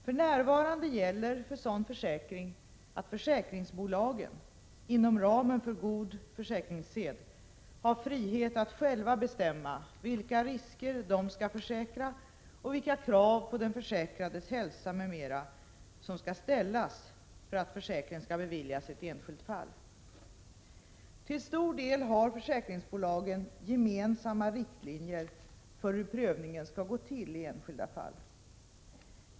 För närvarande gäller för sådan försäkring att försäkringsbolagen — inom ramen för god försäkringssed — har frihet att själva bestämma vilka risker de skall försäkra och vilka krav på den försäkrades hälsa m.m. som skall ställas för att försäkring skall beviljas i ett enskilt fall. Till stor del har försäkringsbolagen gemensamma riktlinjer för hur prövningen skall gå till i enskilda fall.